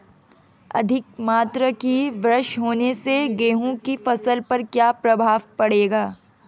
अधिक मात्रा की वर्षा होने से गेहूँ की फसल पर क्या प्रभाव पड़ेगा?